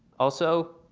also,